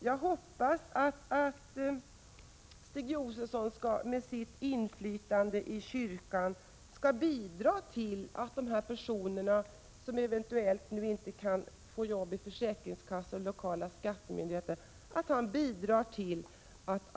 Jag hoppas att Stig Josefson med sitt inflytande i kyrkan skall bidra till att kyrkan tar sitt sociala ansvar för de personer som eventuellt inte kan få jobb i försäkringskassor och lokala skattemyndigheter. Från utskottsmajoritetens sida förutsätter vi faktiskt det.